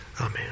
amen